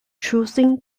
choosing